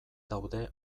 daude